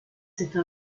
cette